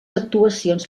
actuacions